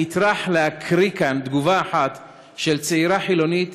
אני אטרח להקריא כאן תגובה אחת של צעירה חילונית,